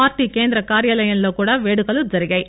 party కేంద్ర కార్యాలయంలో కూడా వేడుకలు జరిగాయి